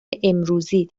امروزی